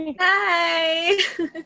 Hi